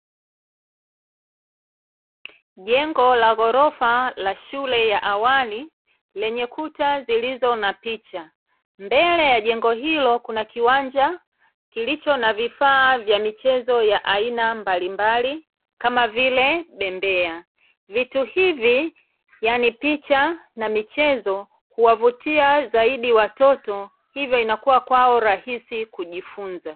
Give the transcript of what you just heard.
Jengo la ghorofa la shule ya awali, lenye kuta zilizo na picha. Mbele ya jengo hilo kuna kiwanja kilicho na vifaa vya michezo ya aina mbalimbali kama vile bembea. Vitu hivi yaani picha na michezo huwavutia zaidi watoto, hivyo inakuwa kwao rahisi kujifunza. A